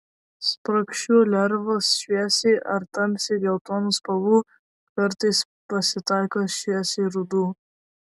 spragšių lervos šviesiai ar tamsiai geltonų spalvų kartais pasitaiko šviesiai rudų